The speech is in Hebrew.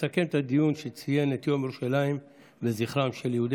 תסכם את הדיון שציין את יום ירושלים לזכרם של יהודי